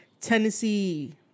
Tennessee